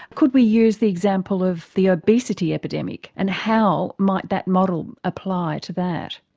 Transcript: could we use the example of the obesity epidemic, and how might that model apply to that?